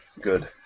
good